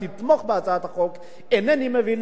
איני מבין מדוע ועדת השרים התנגדה.